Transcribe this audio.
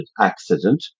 accident